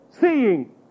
seeing